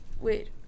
wait